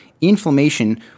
inflammation